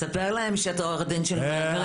ספר להם שאתה עו"ד של מהגרים.